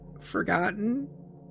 forgotten